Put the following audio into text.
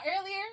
earlier